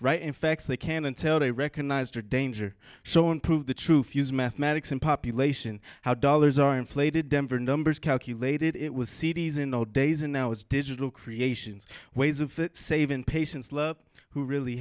right in fact they can until they recognized her danger so improve the truth use mathematics and population how dollars are inflated denver numbers calculated it was cities in the old days and now its digital creations ways of saving patients who really